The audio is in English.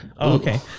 okay